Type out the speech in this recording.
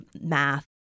math